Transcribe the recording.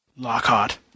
Lockhart